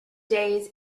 days